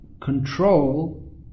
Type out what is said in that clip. control